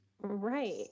Right